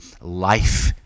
life